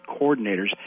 coordinators